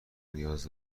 نیاز